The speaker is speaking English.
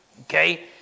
okay